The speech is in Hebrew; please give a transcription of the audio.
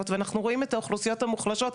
ואנחנו רואים את האוכלוסיות המוחלשות,